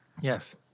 Yes